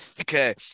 Okay